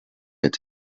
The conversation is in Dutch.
het